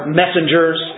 messengers